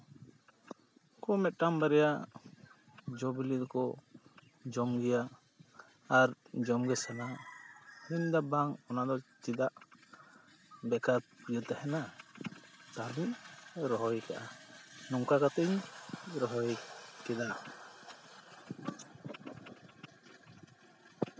ᱩᱱᱠᱩ ᱢᱮᱫᱴᱟᱝ ᱵᱟᱨᱭᱟ ᱡᱚ ᱵᱤᱞᱤ ᱦᱚᱸᱠᱚ ᱡᱚᱢ ᱜᱮᱭᱟ ᱟᱨ ᱡᱚᱢᱜᱮ ᱥᱟᱱᱟᱣᱟ ᱟᱫᱚᱧ ᱢᱮᱱᱫᱟ ᱵᱟᱝ ᱚᱱᱟ ᱫᱚ ᱪᱮᱫᱟᱜ ᱵᱮᱠᱟᱨ ᱯᱩᱲᱭᱟᱹ ᱛᱟᱦᱮᱱᱟ ᱛᱟᱦᱞᱮᱧ ᱨᱚᱦᱚᱭ ᱠᱟᱜᱼᱟ ᱱᱚᱝᱠᱟ ᱠᱟᱛᱮᱫ ᱤᱧ ᱨᱚᱦᱚᱭ ᱠᱮᱫᱟ